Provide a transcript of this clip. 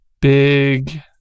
big